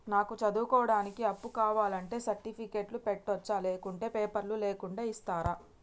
నాకు చదువుకోవడానికి అప్పు కావాలంటే సర్టిఫికెట్లు పెట్టొచ్చా లేకుంటే పేపర్లు లేకుండా ఇస్తరా?